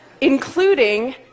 Including